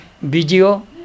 video